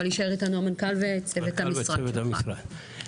אבל יישאר איתנו המנכ"ל וצוות המשרד שלך.